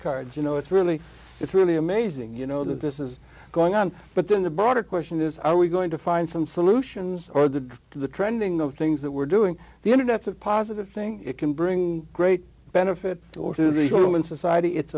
cards you know it's really it's really amazing you know that this is going on but then the broader question is are we going to find some solutions are the the trending the things that we're doing the internet's a positive thing it can bring great benefit or to the human society it's